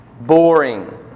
boring